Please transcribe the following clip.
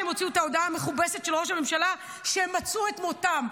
הם הוציאו את ההודעה המכובסת של ראש הממשלה: הם מצאו את מותם,